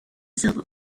silver